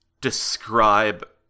describe